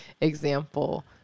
example